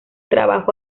trabajo